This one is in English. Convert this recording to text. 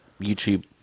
YouTube